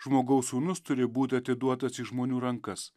žmogaus sūnus turi būti atiduotas į žmonių rankas